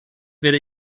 werde